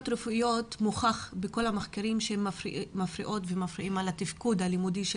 מוכח בכל המחקרים שבעיות בריאותיות מפריעות לתפקוד הלימודי של